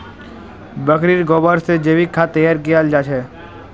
बकरीर गोबर से जैविक खाद तैयार कियाल जा छे